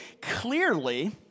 clearly